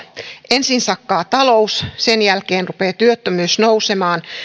ensin sakkaa talous sen jälkeen rupeaa työttömyys nousemaan